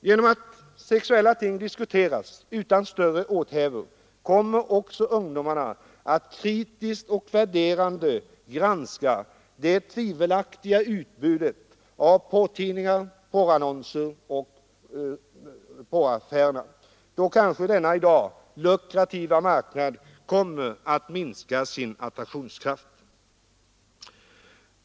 Genom att sexuella ting diskuteras utan större åthävor kommer också ungdomar att kritiskt och värderande granska det tvivelaktiga utbudet av porrtidningar i annonser och affärer. Då kanske denna i dag lukrativa marknad kommer att mista sin attraktionskraft.